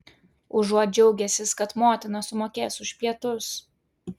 užuot džiaugęsis kad motina sumokės už pietus